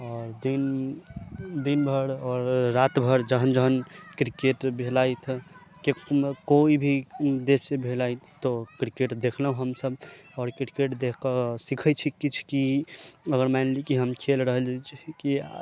दिन भर आओर रात भर जहन जहन क्रिकेट भेलथि के कोइ भी देश भेलनि तऽ क्रिकेट देखलहुॅं हमसब आओर क्रिकेट देख कऽ सीखै छी किछु की अगर मानि लीअ कि हम खेल रहल छी की